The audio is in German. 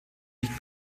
nicht